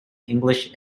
english